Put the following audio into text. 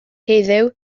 heddiw